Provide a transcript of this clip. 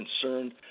concerned